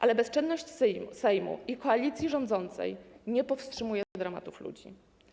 Ale bezczynność Sejmu i koalicji rządzącej nie powstrzymuje dramatów ludzi.